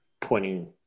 pointing